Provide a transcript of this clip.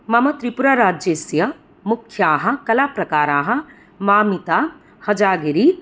मम त्रिपुराराज्यस्य मुख्याः कलाप्रकाराः मामिता हज़ागिरी